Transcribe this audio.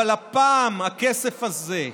אבל הפעם הכסף הזה,